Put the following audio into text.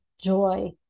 joy